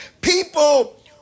people